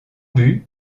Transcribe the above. but